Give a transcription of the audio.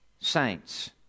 saints